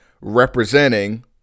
representing